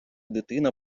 дитина